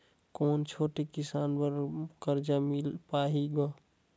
कौन छोटे किसान बर कर्जा मिल पाही ग?